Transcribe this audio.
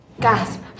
Gasp